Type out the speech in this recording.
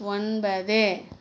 ஒன்பது